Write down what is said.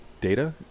data